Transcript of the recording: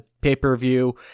pay-per-view